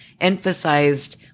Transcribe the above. emphasized